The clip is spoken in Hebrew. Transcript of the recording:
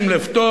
שים לב טוב,